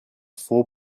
four